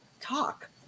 talk